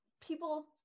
people